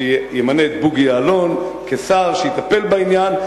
שימנה את בוגי יעלון כשר שיטפל בעניין,